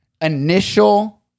initial